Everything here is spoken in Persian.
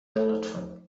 لطفا